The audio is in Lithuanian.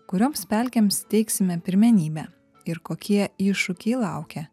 kurioms pelkėms teiksime pirmenybę ir kokie iššūkiai laukia